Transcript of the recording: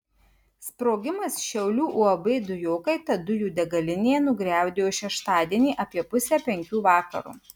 sprogimas šiaulių uab dujokaita dujų degalinėje nugriaudėjo šeštadienį apie pusę penkių vakaro